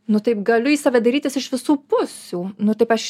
nu taip galiu į save dairytis iš visų pusių nu taip aš